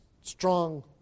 Strong